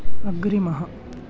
अग्रिमः